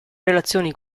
relazioni